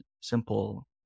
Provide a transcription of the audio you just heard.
simple